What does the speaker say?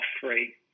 free